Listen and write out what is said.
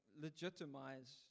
legitimize